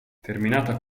terminata